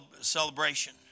celebration